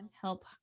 Help